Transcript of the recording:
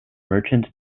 merchant